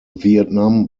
vietnam